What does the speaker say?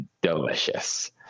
delicious